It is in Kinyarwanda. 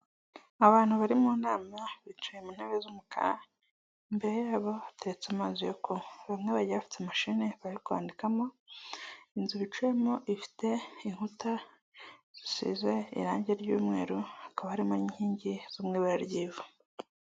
Abantu bari mu nama, bicaye mu ntebe z'umukara, imbere yabo hateretse amazi yo kunywa, bamwe bagiye bafite mashini bari kwandikamo, inzu bicayemo ifite inkuta zisize irangi ry'umweru, hakaba harimo inkingi zo mu ibara ry'ivu.